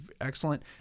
excellent